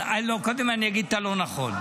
קודם אני אגיד את הלא-נכון.